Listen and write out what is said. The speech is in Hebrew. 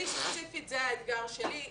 שלי ספציפית, זה האתגר שלי.